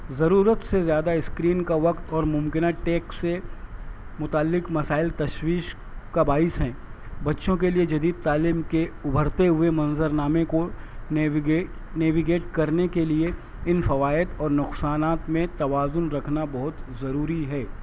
ضرورت سے زیادہ اسکرین کا وقت اور ممکنہ ٹیک سے متعلق مسائل تشویش کا باعث ہیں بچوں کے لیے جدید تعلیم کے ابھرتے ہوئے منظر نامے کو نیویگیٹ کرنے کے لیے ان فوائد اور نقصانات میں توازن رکھنا بہت ضروری ہے